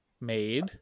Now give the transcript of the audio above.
made